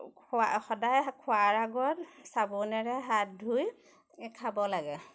খোৱা সদায় খোৱাৰ আগত চাবোনেৰে হাত ধুই এ খাব লাগে